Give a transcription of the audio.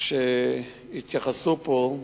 שהתייחסו פה,